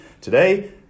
today